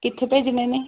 ਕਿੱਥੇ ਭੇਜਣੇ ਨੇ